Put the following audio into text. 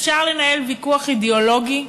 אפשר לנהל ויכוח אידיאולוגי,